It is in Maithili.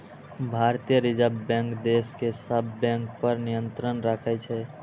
भारतीय रिजर्व बैंक देश के सब बैंक पर नियंत्रण राखै छै